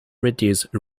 reduce